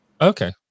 okay